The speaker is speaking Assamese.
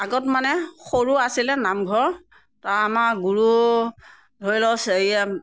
আগত মানে সৰু আছিলে নামঘৰত আমাৰ গুৰু ধৰিলওক হেৰিয়ে